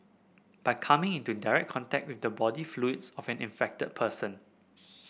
by coming into direct contact with the body fluids of an infected person